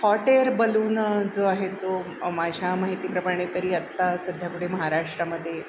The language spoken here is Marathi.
हॉट एअर बलून जो आहे तो माझ्या माहितीप्रमाणे तरी आत्ता सध्या पुढे महाराष्ट्रामध्ये